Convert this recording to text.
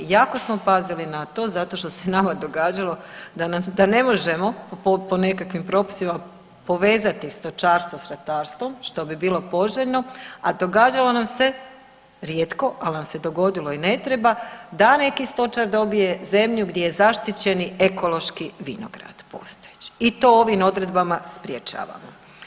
Jako smo pazili na to zato što se nama događalo da nam, da ne možemo po nekakvim propisima povezati stočarstvo s ratarstvom što bi bilo poželjno, a događalo nam se, rijetko, ali nam se dogodilo i ne treba da neki stočar dobije zemlju gdje je zaštićeni ekološki vinograd postojeći i to ovim odredbama sprječavamo.